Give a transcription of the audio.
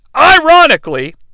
Ironically